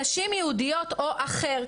נשים יהודיות או אחר,